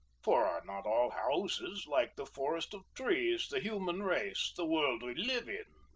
for are not all houses, like the forest of trees, the human race, the world we live in,